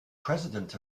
president